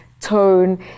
tone